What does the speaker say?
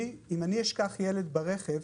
אם אשכח ילד ברכב,